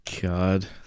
God